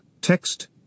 text